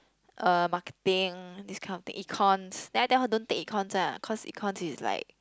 uh marketing this kind of thing econs then I tell her don't take econs ah cause econs is like